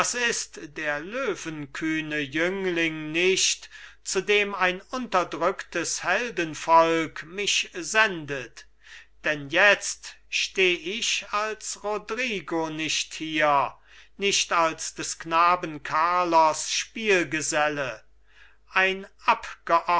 ist der löwenkühne jüngling nicht zu dem ein unterdrücktes heldenvolk mich sendet denn jetzt steh ich als roderich nicht hier nicht als des knaben carlos spielgeselle ein